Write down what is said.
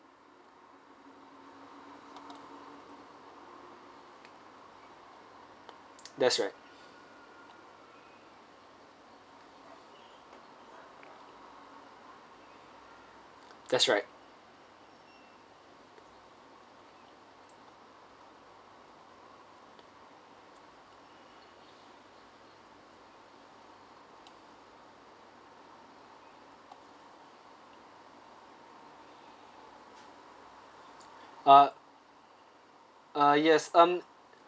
that's right that's right ah ah yes um